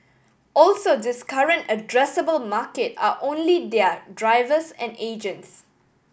also this current addressable market are only their drivers and agents